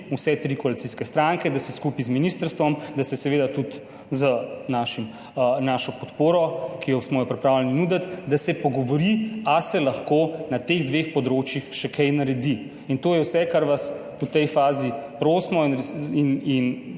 vse tri koalicijske stranke, da se skupaj z ministrstvom, da se seveda tudi z našo podporo, ki smo jo pripravljeni nuditi, da se pogovori, ali se lahko na teh dveh področjih še kaj naredi. To je vse, kar vas v tej fazi prosimo in